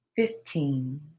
Fifteen